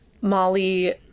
Molly